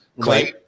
claim